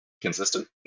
consistent